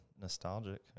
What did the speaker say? nostalgic